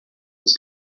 was